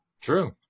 True